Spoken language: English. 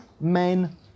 men